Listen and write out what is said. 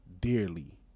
dearly